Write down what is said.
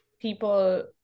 people